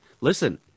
Listen